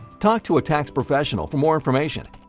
talk to a tax professional for more information.